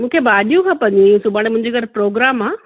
मूंखे भाॼियूं खपंदी हुयूं सुभाणे मुंहिंजे घरु प्रोग्राम आहे